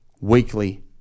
weekly